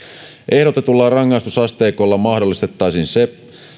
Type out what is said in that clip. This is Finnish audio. ehdotetulla rangaistusasteikolla mahdollistettaisiin se